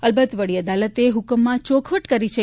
અલબત વડી અદાલતે હુકમમાં ચોખવાટ કરી છે